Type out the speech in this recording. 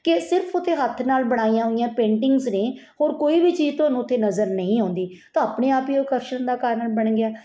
ਕਿ ਸਿਰਫ ਓਥੇ ਹੱਥ ਨਾਲ ਬਣਾਈਆਂ ਹੋਈਆਂ ਪੇਂਟਿੰਗਸ ਨੇ ਹੋਰ ਕੋਈ ਵੀ ਚੀਜ਼ ਤੁਹਾਨੂੰ ਉਥੇ ਨਜ਼ਰ ਨਹੀਂ ਆਉਂਦੀ ਤਾਂ ਆਪਣੇ ਆਪ ਹੀ ਉਹ ਆਕਰਸ਼ਣ ਦਾ ਕਾਰਨ ਬਣ ਗਿਆ